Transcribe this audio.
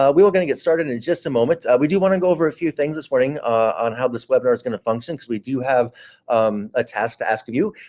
ah we were going to get started in in just a moment. we do want to go over a few things this morning on how this webinar is going to function, so we do have um a task to ask you.